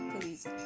Please